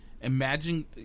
imagine